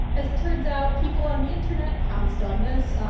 as it turns out, people on the internet pounced on this,